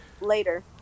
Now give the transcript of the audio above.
later